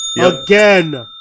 again